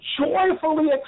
joyfully